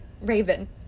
Raven